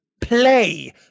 play